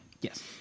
Yes